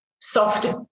soft